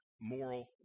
moral